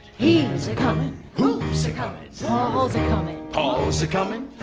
he's a comin' who's a comin'? so um a comin' paul's a comin'?